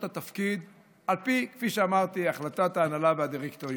התפקיד על פי החלטת ההנהלה והדירקטוריון,